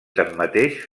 tanmateix